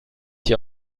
hier